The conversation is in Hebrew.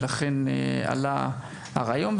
לכן עלה הרעיון,